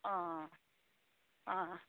অঁ অঁ